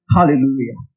Hallelujah